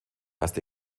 erste